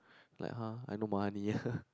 like !huh! I no money ah